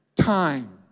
time